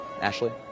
Ashley